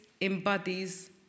embodies